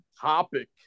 topic